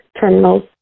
terminals